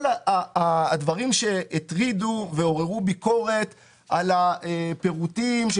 כל הדברים שהטרידו ועוררו ביקורת על הפירוטים של